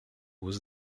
was